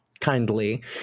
kindly